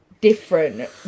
different